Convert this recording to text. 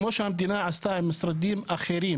כמו שהמדינה עשתה עם משרדים אחרים,